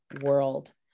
world